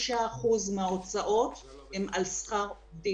89% מההוצאות של חברות הניקיון הם על שכר עובדים.